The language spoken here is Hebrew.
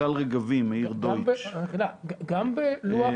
גם בלוח